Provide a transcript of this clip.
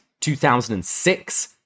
2006